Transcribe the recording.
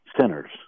sinners